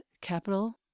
capital